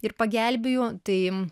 ir pagelbėju tai